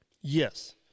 Yes